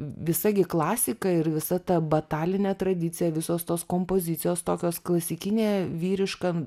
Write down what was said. visa gi klasika ir visa ta batalinė tradicija visos tos kompozicijos tokios klasikinė vyriška